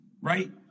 right